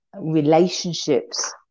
relationships